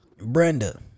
Brenda